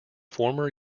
former